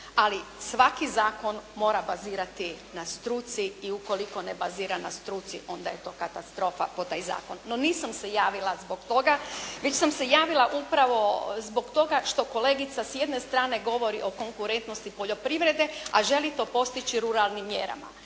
ali svaki zakon mora bazirati na struci i ukoliko ne bazira na struci onda je to katastrofa po taj zakon. No nisam se javila zbog toga, već sam se javila upravo zbog toga što kolegica s jedne strane govori o konkurentnosti poljoprivrede, a želi to postići ruralnim mjerama.